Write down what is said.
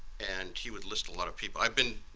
and he would list a lot of people. i've been,